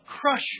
crush